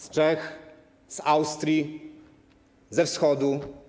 Z Czech, z Austrii, ze Wschodu.